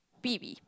B_B